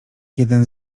jeden